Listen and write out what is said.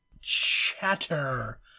chatter